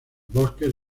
bosques